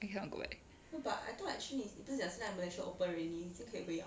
I cannot go back